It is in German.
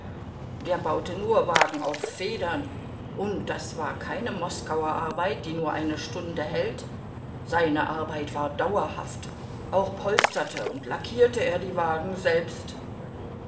der baute nur wagen auf federn und das war keine moskauer arbeit die nur eine stunde hält seine arbeit war sehr dauerhaft auch polsterte und lackierte er die wagen selbst